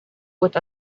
with